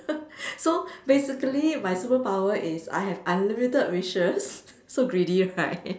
so basically my superpower is I have unlimited wishes so greedy right